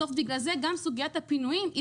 בסוף בגלל זה גם סוגיית הפינויים היא